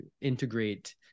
integrate